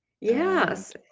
Yes